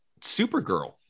Supergirl